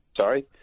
Sorry